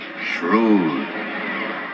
shrewd